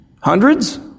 Hundreds